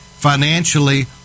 financially